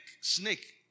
snake